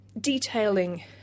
detailing